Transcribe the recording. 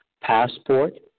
passport